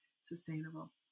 sustainable